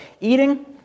eating